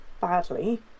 badly